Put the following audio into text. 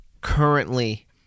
currently